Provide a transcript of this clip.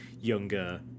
younger